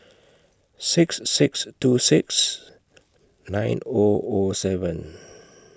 six six two six nine Zero Zero seven